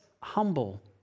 humble